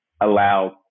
allow